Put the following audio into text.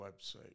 website